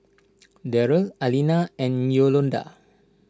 Darron Alina and Yolonda